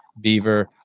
Beaver